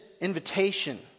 invitation